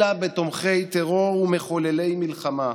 אלא בתומכי טרור ומחוללי מלחמה.